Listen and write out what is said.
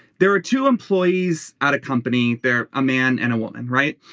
there are two employees at a company. they're a man and a woman right.